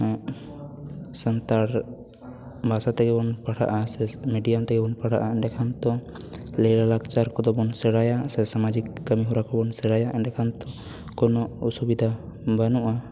ᱥᱟᱱᱛᱟᱲ ᱵᱷᱟᱥᱟ ᱛᱮᱜᱮ ᱵᱚᱱ ᱯᱟᱲᱦᱟᱜᱼᱟ ᱥᱮ ᱢᱤᱰᱤᱭᱟᱢ ᱛᱮᱵᱚᱱ ᱯᱟᱲᱦᱟᱜᱼᱟ ᱮᱰᱮᱠᱷᱟᱱ ᱛᱳ ᱞᱮ ᱞᱟᱠᱪᱟᱨ ᱠᱚᱫᱚ ᱵᱚᱱ ᱥᱮᱬᱟᱭᱟ ᱥᱮ ᱥᱟᱢᱟᱡᱤᱠ ᱠᱟᱹᱢᱤ ᱦᱚᱨᱟ ᱠᱚᱵᱚᱱ ᱥᱮᱬᱟᱭᱟ ᱮᱰᱮᱠᱷᱟᱱ ᱠᱳᱱᱳ ᱚᱥᱩᱵᱤᱫᱟ ᱵᱟᱱᱩᱜᱼᱟ